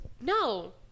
No